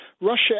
Russia